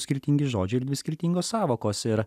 skirtingi žodžiai ir dvi skirtingos sąvokos ir